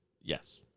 Yes